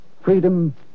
freedom